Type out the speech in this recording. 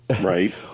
right